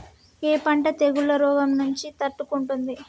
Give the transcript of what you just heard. ఏ పంట తెగుళ్ల రోగం నుంచి తట్టుకుంటుంది?